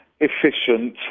efficient